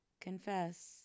confess